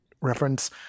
reference